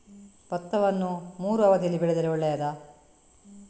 ಭತ್ತವನ್ನು ಮೂರೂ ಅವಧಿಯಲ್ಲಿ ಬೆಳೆದರೆ ಒಳ್ಳೆಯದಾ?